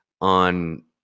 on